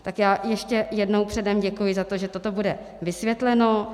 Tak já ještě jednou předem děkuji za to, že toto bude vysvětleno.